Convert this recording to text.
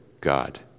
God